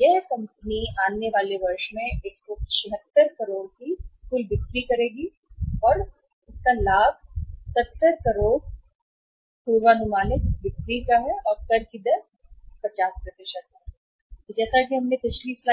यह है कंपनी की आने वाले वर्ष में 176 करोड़ की कुल बिक्री है और फिर लाभ 70 है आने वाले वर्ष में करोड़ों पूर्वानुमानित बिक्री और कर की दर 50 है जैसा कि हमने देखा है पिछली स्लाइड